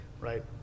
right